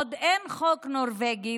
עוד אין חוק נורבגי,